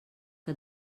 que